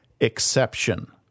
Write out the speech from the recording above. exception